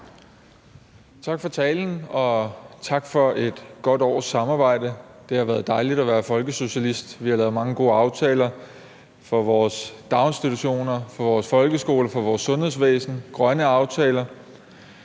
Tak for talen, og tak for et godt års samarbejde. Det har været dejligt at være folkesocialist. Vi har lavet mange gode aftaler for vores daginstitutioner, for vores folkeskoler, for vores sundhedsvæsen, grønne aftaler.